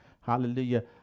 hallelujah